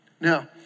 Now